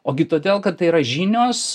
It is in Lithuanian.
ogi todėl kad tai yra žinios